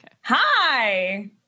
Hi